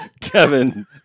Kevin